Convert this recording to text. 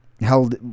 held